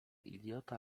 idiota